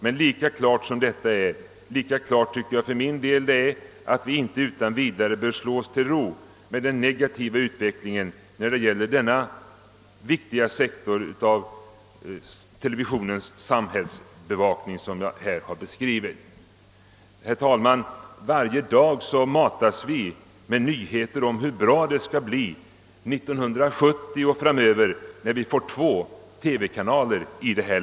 Men lika klart som detta är tycker jag att det är att vi inte utan vidare bör slå oss till ro med den negativa utveckling när det gäller denna viktiga sektor av TV:s samhällsbevakning som jag här har beskrivit. Herr talman! Varje dag matas vi med nyheter om hur bra det skall bli 1970, när vi får två TV-kanaler.